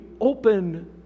open